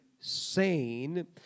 sane